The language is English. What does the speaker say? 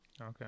okay